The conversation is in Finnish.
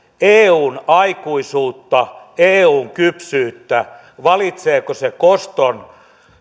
eun aikuisuutta eun kypsyyttä valitseeko se koston